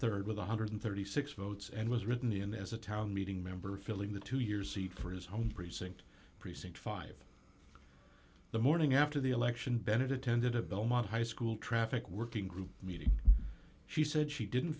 in rd with one hundred and thirty six votes and was written in as a town meeting member filling the two years seat for his home precinct precinct five the morning after the election bennett attended a belmont high school traffic working group meeting she said she didn't